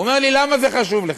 הוא אומר לי: למה זה חשוב לך?